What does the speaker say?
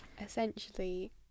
essentially